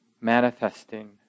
manifesting